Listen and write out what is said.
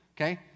Okay